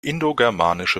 indogermanische